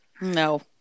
No